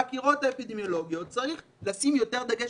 בחקירות האפידמיולוגיות צריך לשים יותר דגש